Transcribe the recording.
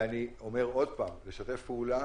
ואני אומר עוד פעם לשתף פעולה